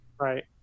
Right